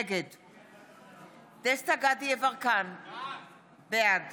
נגד דסטה גדי יברקן, בעד